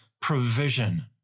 provision